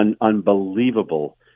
unbelievable